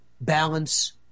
balance